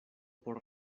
por